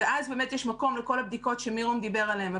ואז באמת יש מקום לכל הבדיקות שמירום דיבר עליהם.